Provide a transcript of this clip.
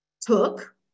took